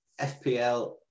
FPL